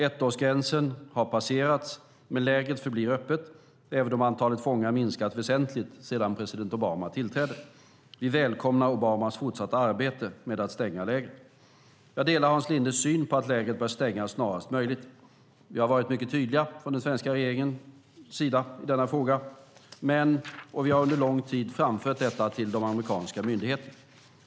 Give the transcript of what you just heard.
Ettårsgränsen har passerat, men lägret förblir öppet även om antalet fångar har minskat väsentligt sedan president Obama tillträdde. Vi välkomnar Obamas fortsatta arbete med att stänga lägret. Jag delar Hans Lindes syn på att lägret bör stängas snarast möjligt. Vi har varit mycket tydliga från den svenska regeringens sida i denna fråga, och vi har under en lång tid framfört detta till de amerikanska myndigheterna.